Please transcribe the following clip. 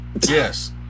Yes